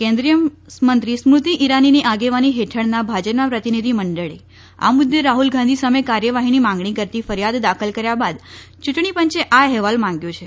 કેન્દ્રીય મંત્રી સ્મૃતિ ઈરાનીની આગેવાની હેઠળના ભાજપના પ્રતિનિધિ મંડળે આ મુદ્દે રાહ્લ ગાંધી સામે કાર્યવાહીની માંગણી કરતી ફરિયાદ દાખલ કર્યા બાદ ચૂંટણીપંચે આ અહેવાલ માંગ્યો છે